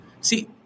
See